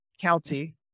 county